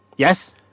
Yes